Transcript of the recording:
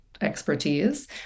expertise